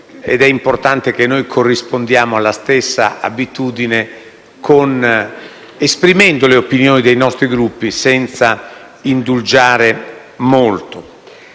ed è importante che noi corrispondiamo alla stessa abitudine esprimendo le opinioni dei nostri Gruppi senza indugiare molto.